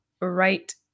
right